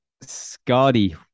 Scotty